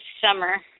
summer